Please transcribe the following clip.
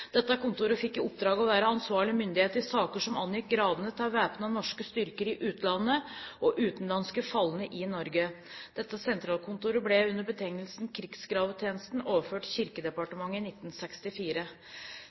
Dette kontoret fikk i oppdrag å være ansvarlig myndighet i saker som angikk gravene til væpnede norske styrker i utlandet og utenlandske falne i Norge. Dette sentralkontoret ble under betegnelsen Krigsgravtjenesten overført